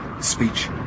speech